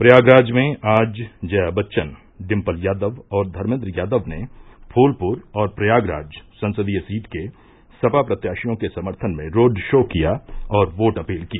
प्रयागराज में आज जया बच्चन डिम्पल यादव और धर्मेन्द्र यादव ने फूलपुर और प्रयागराज संसदीय सीट के सपा प्रत्याशियों के समर्थन में रोड शो किया और वोट अपील की